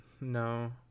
No